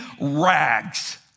rags